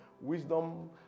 Wisdom